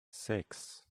six